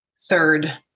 third